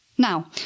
Now